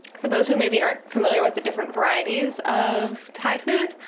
for those who maybe aren't familiar with the different varieties of thai food,